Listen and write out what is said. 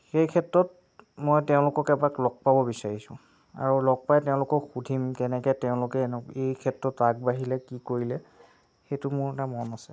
সেই ক্ষেত্ৰত মই তেওঁলোকক এপাক লগ বিচাৰিছোঁ আৰু লগ পাই তেওঁলোকক সুধিম কেনেকৈ তেওঁলোকে এই ক্ষেত্ৰত আগবাঢ়িলে কি কৰিলে সেইটো মোৰ এটা মন আছে